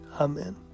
Amen